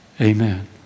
Amen